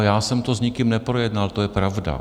Já jsem to s nikým neprojednal, to je pravda.